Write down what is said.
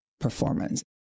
performance